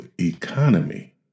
economy